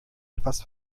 etwas